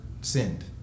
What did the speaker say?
sinned